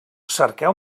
cerqueu